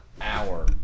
hour